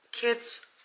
kids